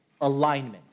alignment